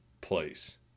place